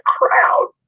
crowd